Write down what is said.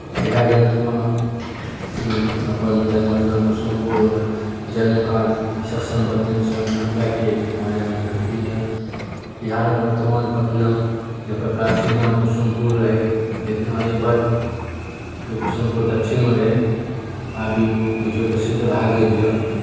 इएह ग्रन्थमे ई अपन जन्मस्थान कुसुमपुर जन्मकाल शक संवत् तीन सए अन्ठानबेके बारेमे लिखलखिन यए बिहारमे वर्तमान पटना जकर प्राचीन नाम कुसुमपुर रहै लेकिनआर्यभट्टके कुसुमपुर दक्षिणमे रहै आब ई बुझियौ तऽ सिद्ध भए गेल यए